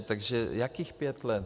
Takže jakých pět let?